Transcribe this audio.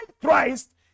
Christ